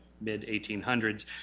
mid-1800s